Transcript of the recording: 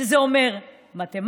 שזה אומר מתמטיקה,